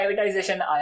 privatization